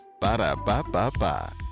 Ba-da-ba-ba-ba